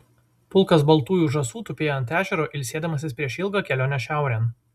pulkas baltųjų žąsų tupėjo ant ežero ilsėdamasis prieš ilgą kelionę šiaurėn